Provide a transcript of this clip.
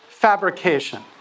fabrication